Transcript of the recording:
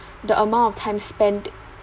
the amount of time spent